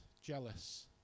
jealous